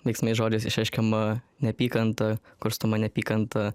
veiksmais žodžiais išreiškiama neapykanta kurstoma neapykanta